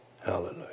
Hallelujah